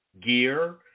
gear